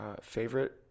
Favorite